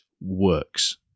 works